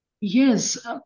Yes